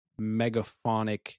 megaphonic